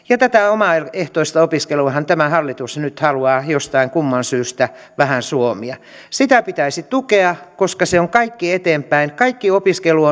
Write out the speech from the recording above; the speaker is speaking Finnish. ja tätä omaehtoista opiskeluahan tämä hallitus nyt haluaa jostain kumman syystä vähän suomia sitä pitäisi tukea koska se on kaikki eteenpäin kaikki opiskelu